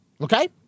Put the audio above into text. okay